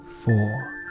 four